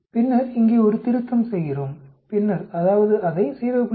பின்னர் இங்கே ஒரு திருத்தம் செய்கிறோம் பின்னர் அதாவது அதை 0